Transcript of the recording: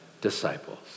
disciples